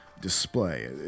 display